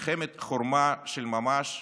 מלחמת חורמה של ממש,